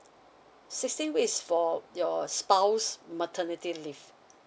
sixteen weeks is for your spouse's maternity leave